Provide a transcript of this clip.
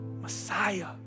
Messiah